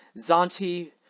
Zanti